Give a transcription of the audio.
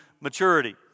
maturity